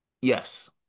yes